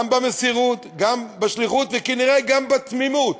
גם במסירות, גם בשליחות, וכנראה גם בתמימות.